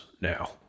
now